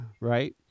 Right